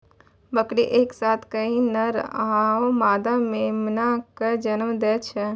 बकरी एक साथ कई नर आरो मादा मेमना कॅ जन्म दै छै